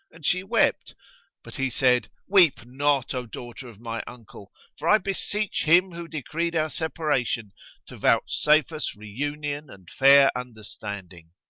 and she wept but he said, weep not, o daughter of my uncle for i beseech him who decreed our separation to vouchsafe us reunion and fair understanding.